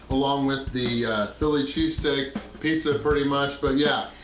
along with the philly cheese steak pizza, pretty much. but yeah,